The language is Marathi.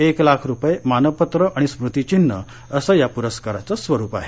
एक लाख रुपये मानपत्र आणि स्मृतिचिन्ह असं या प्रस्काराचं स्वरूप आहे